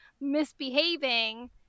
misbehaving